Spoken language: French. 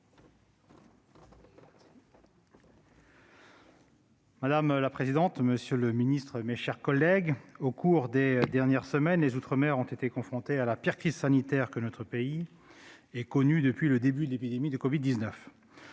Madame la présidente, monsieur le secrétaire d'État, mes chers collègues, au cours des dernières semaines, les outre-mer ont été confrontés à la pire crise sanitaire que notre pays ait connue depuis le début de l'épidémie de covid-19.